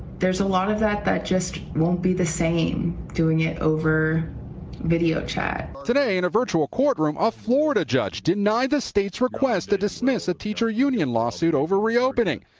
there is a lot of that that just won't be the same, doing it over video chat. reporter today in a virtual courtroom, a florida judge denied the state's request to dismiss a teacher union lawsuit over reopening.